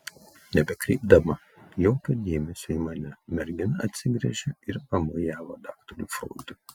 nebekreipdama jokio dėmesio į mane mergina atsigręžė ir pamojavo daktarui froidui